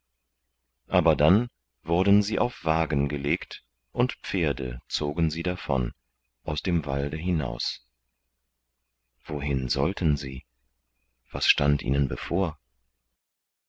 aber dann wurden sie auf wagen gelegt und pferde zogen sie davon aus dem walde hinaus wohin sollten sie was stand ihnen bevor